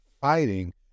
fighting